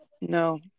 No